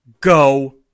go